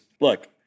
look